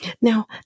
Now